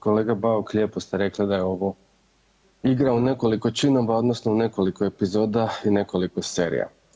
Kolega Bauk lijepo ste rekli da je ovo igra u nekoliko činova odnosno u nekoliko epizoda i nekoliko serija.